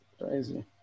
Crazy